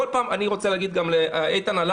אני גם רוצה להגיב לדבריו של איתן: